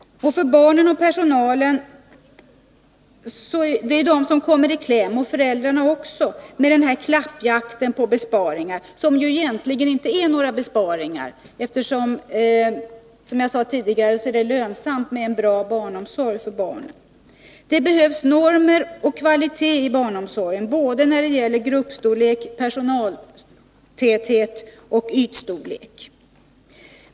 Det är barnen, personalen och föräldrarna som kommer i kläm i denna klappjakt på besparingar — och det är ju egentligen inga besparingar, för som jag sade tidigare är det lönsamt med barnomsorgen. Det behövs normer för kvaliteten i barnomsorgen, både när det gäller gruppstorlek och personaltäthet och när det gäller ytstorlek.